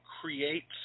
creates